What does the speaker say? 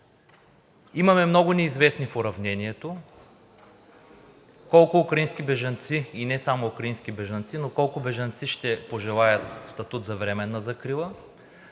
Имаме много неизвестни в уравнението колко украински бежанци и не само украински бежанци, но колко бежанци ще пожелаят статут за временна закрила.